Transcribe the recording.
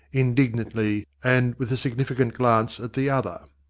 indignantly, and with a significant glance at the other.